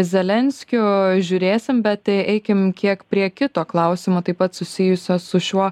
zelenskiu žiūrėsim bet eikim kiek prie kito klausimo taip pat susijusio su šiuo